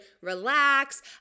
relax